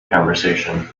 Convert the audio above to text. conversation